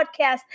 podcast